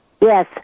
yes